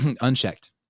Unchecked